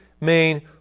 main